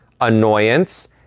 annoyance